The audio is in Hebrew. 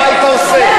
מה עם הלל ביום העצמאות?